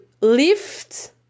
lift